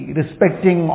respecting